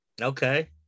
Okay